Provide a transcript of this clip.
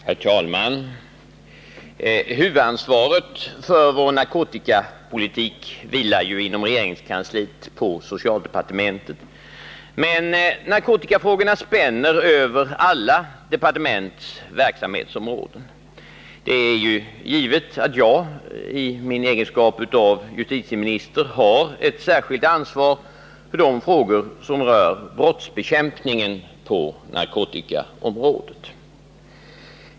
Herr talman! Huvudansvaret för vår narkotikapolitik vilar inom regeringskansliet på socialdepartementet, men narkotikafrågorna spänner över alla departements verksamhetsområden. Det är emellertid givet att jag i min egenskap av justitieminister har ett särskilt ansvar för sådana frågor som rör brottsbekämpningen på narkotikaområdet.